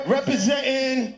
Representing